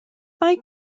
mae